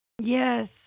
Yes